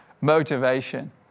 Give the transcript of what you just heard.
motivation